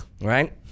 Right